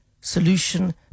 solution